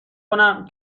کنم